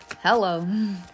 Hello